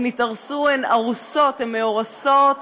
הן התארסו, הן ארוסות, הן מאורסות